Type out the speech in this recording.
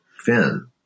Finn